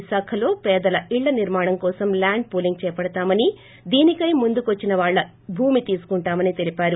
విశాఖలో పేదల ఇళ్ల నిర్మాణం కోసం ల్యాండ్ పూలింగ్ చేపడతామని దీనికై ముందుకోచ్చిన వాళ్ల భూమి తీసుకుంటామని తెలిపారు